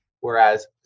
Whereas